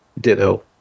Ditto